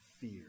fear